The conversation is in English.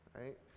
Right